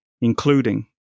including